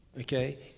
okay